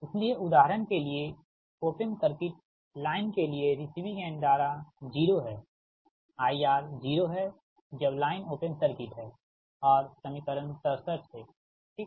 इसलिए उदाहरण के लिए ओपन सर्किट लाइन के लिए रिसीविंग एंड धारा 0 है IR 0 है जब लाइन ओपन सर्किट है और समीकरण 67 से ठीक